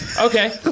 Okay